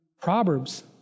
Proverbs